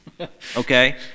Okay